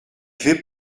fait